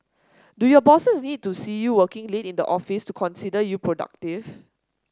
do your bosses need to see you working late in the office to consider you productive